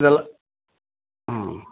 இதெல்லாம் ஆ